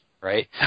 right